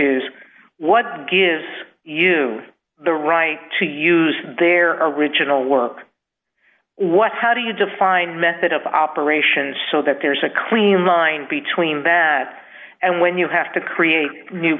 is what gives you the right to use their original work what how do you define method of operations so that there's a clean line between that and when you have to create a new